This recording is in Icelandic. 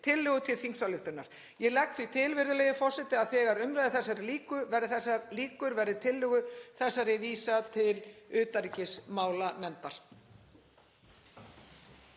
tillögu til þingsályktunar. Ég legg því til, virðulegi forseti, að þegar umræðu þessari lýkur verði tillögu þessari vísað til utanríkismálanefndar.